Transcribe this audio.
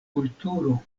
kulturo